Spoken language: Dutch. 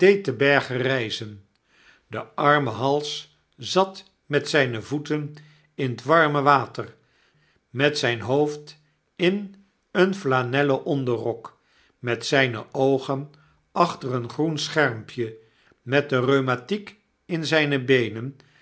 te berge ryzen de arme hals zat met zyne voeten in t warme water met zijn hoofd in een flanellen onderrok met zyne oogen achtereengroen schermpje met de rheumatiek in zyne beenen